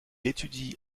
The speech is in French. étudie